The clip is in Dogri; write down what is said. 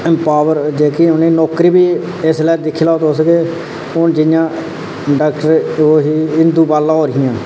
पावर जेह्की उ'नेंगी नौकरी बी इसलै दिक्खी लैओ तुस हून जि'यां डाक्टर इंदु बाला होर हियां